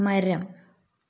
മരം